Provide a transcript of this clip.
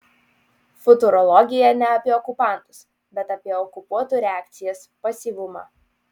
futurologija ne apie okupantus bet apie okupuotų reakcijas pasyvumą